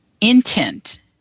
intent